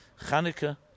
Chanukah